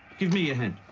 give me your hand.